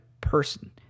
person